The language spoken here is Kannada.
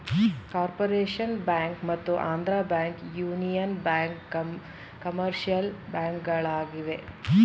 ಕಾರ್ಪೊರೇಷನ್ ಬ್ಯಾಂಕ್ ಮತ್ತು Andhra Bank, Union Bank commercial ಬ್ಯಾಂಕ್ಗಳಾಗಿವೆ